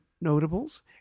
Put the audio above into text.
notables